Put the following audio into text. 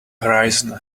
horizon